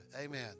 amen